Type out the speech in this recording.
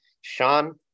Sean